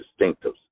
distinctives